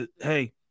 Hey